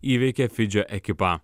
įveikė fidžio ekipą